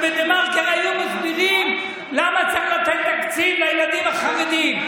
ובדה-מרקר היו מסבירים למה צריך לתת תקציב לילדים החרדים.